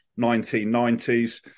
1990s